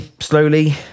slowly